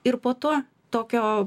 ir po to tokio